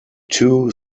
two